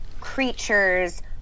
creatures